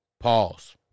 Pause